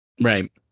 Right